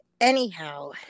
anyhow